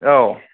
औ